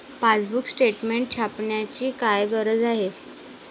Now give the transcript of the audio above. Passbook statement छापण्याची काय गरज आहे?